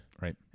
Right